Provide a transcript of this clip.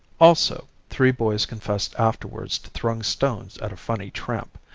also three boys confessed afterwards to throwing stones at a funny tramp,